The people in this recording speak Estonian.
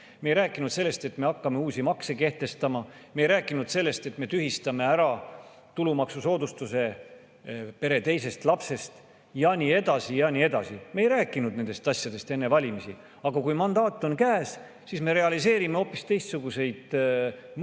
me ei rääkinud sellest, et me hakkame uusi makse kehtestama; me ei rääkinud sellest, et me tühistame ära tulumaksusoodustuse alates pere teisest lapsest ja nii edasi ja nii edasi; me ei rääkinud nendest asjadest enne valimisi, aga kui mandaat on käes, siis me realiseerime hoopis teistsuguseid mõtteid